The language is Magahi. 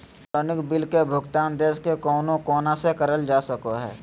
इलेक्ट्रानिक बिल के भुगतान देश के कउनो कोना से करल जा सको हय